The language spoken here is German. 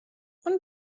und